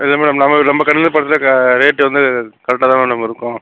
இல்லை மேடம் நம்ம நம்ம கடையில் பார்த்தா ரேட்டு வந்து கரெக்டாக தான் மேடம் இருக்கும்